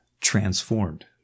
transformed